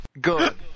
Good